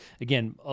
again